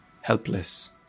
helpless